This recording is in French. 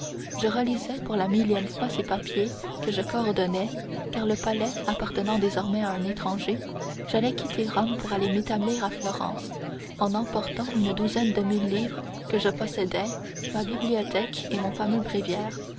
je relisais pour la millième fois ces papiers que je coordonnais car le palais appartenant désormais à un étranger j'allais quitter rome pour aller m'établir à florence en emportant une douzaine de mille livres que je possédais ma bibliothèque et mon fameux bréviaire